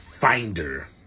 finder